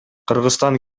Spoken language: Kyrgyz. кыргызстан